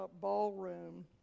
ballroom